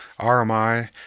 RMI